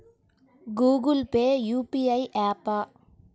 Google Pay UPI య్యాపా?